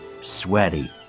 sweaty